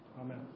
Amen